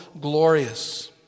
glorious